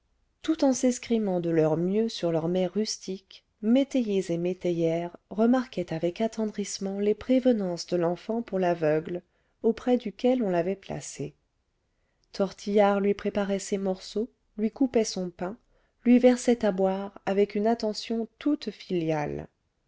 tout en s'escrimant de leur mieux sur leurs mets rustiques métayers et métayères remarquaient avec attendrissement les prévenances de l'enfant pour l'aveugle auprès duquel on l'avait placé tortillard lui préparait ses morceaux lui coupait son pain lui versait à boire avec une attention toute filiale